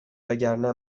وگرنه